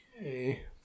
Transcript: Okay